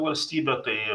valstybė tai